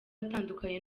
atandukanye